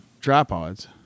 Tripods